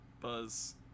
Buzz